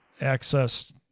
access